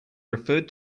referred